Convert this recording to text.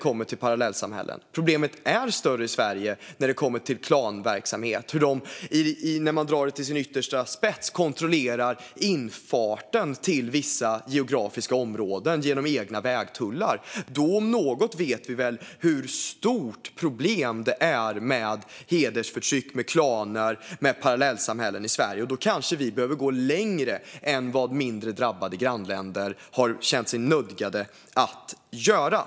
Problemet med parallellsamhällen är större i Sverige, och problemet med klanverksamhet är större i Sverige - som att klaner, när man drar det till sin yttersta spets, kontrollerar infarten till vissa geografiska områden genom egna vägtullar. Då om någon gång vet man väl hur stora problem vi har i Sverige med hedersförtryck, klaner och parallellsamhällen, och därför kanske vi behöver gå längre än vad mindre drabbade grannländer har känt sig nödgade att göra.